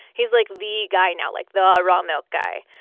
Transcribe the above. he's, like, the guy now like, the raw milk guy.